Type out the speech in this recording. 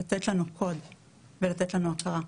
לתת לנו קוד ולתת לנו הכרה.